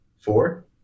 four